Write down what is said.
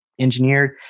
Engineered